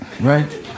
right